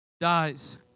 dies